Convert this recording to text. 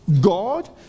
God